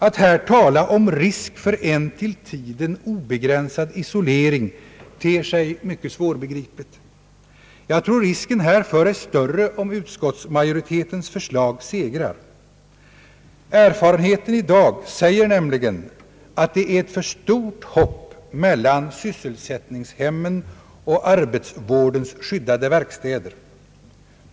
Att här tala om risk för en till tiden obegränsad isolering ter sig mycket svårbegripligt. Jag tror risken härför är större om utskottsmajoritetens förslag segrar. Erfarenheten i dag säger nämligen att det är ett för stort hopp mellan sysselsättningshemmen och arbetsvårdens skyddade verkstäder.